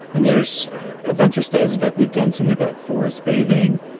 and there's a bunch of studies back we've done some about forest bathing.